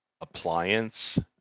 appliance